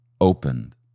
opened